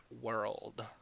world